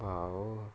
!wow!